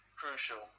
crucial